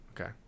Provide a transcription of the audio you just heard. Okay